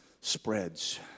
spreads